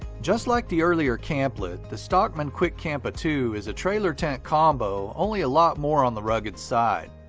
just like the earlier camp-let, the stockman kwik kampa two is a trailer-tent combo, only a lot more on the rugged side.